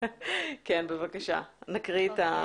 בבקשה, הקראה.